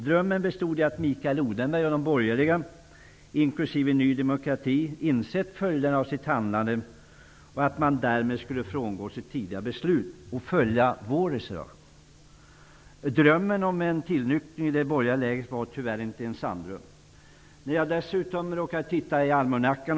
Drömmen bestod i att Mikael Odenberg och de borgerliga, inklusive Ny demokrati, hade insett följderna av sitt handlande och att man därmed skulle frångå sitt tidigare beslut och följa vår reservation. Drömmen om en tillnyktring i det borgerliga lägret var tyvärr inte en sanndröm. Sedan råkade jag dessutom titta i almanackan.